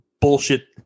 bullshit